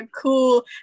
cool